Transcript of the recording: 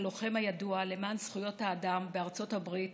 הלוחם הידוע למען זכויות האדם בארצות הברית